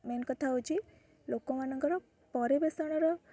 main କଥା ହେଉଛି ଲୋକମାନଙ୍କର ପରିବେଷଣର